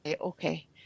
okay